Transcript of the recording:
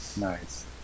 Nice